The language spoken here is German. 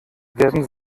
werden